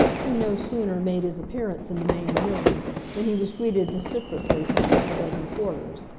he no sooner made his appearance in the main room than he was greeted vociferously from half a dozen quarters.